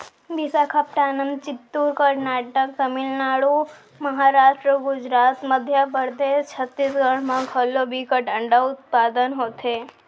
बिसाखापटनम, चित्तूर, करनाटक, तमिलनाडु, महारास्ट, गुजरात, मध्य परदेस, छत्तीसगढ़ म घलौ बिकट अंडा उत्पादन होथे